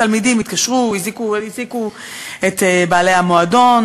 התלמידים התקשרו, הזעיקו את בעלי המועדון.